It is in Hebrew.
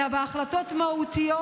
אלא בהחלטות מהותיות,